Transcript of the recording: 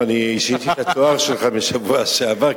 אני שיניתי את התואר שלך בשבוע שעבר,